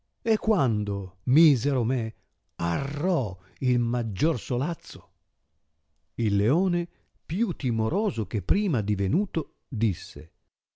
e quando misero me arrò il maggior solazzo il leone più timoroso che prima divenuto disse